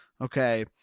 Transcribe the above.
Okay